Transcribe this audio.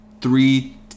three